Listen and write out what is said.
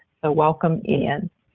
so, welcome, ian.